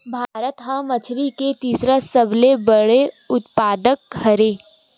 भारत हा मछरी के तीसरा सबले बड़े उत्पादक हरे